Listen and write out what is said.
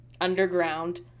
underground